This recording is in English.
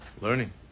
learning